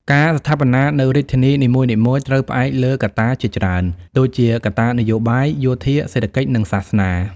ការស្ថាបនានូវរាជធានីនិមួយៗ ត្រូវផ្អែកលើកត្តាជាច្រើន ដូចជាកត្តានយោបាយ យោធា សេដ្ឋកិច្ច និង សាសនា ។